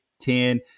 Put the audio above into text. Ten